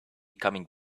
coming